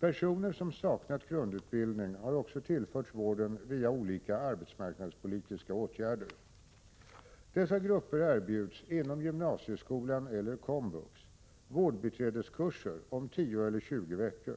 Personer som saknat grundutbildning har också tillförts vården via olika arbetsmarknadspolitiska åtgärder. Dessa grupper erbjuds inom gymnasieskolan — eller komvux — vårdbiträdeskurser om 10 eller 20 veckor.